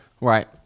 right